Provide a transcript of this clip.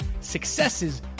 successes